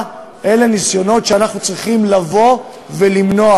הם ניסיונות שאנחנו צריכים לבוא ולמנוע.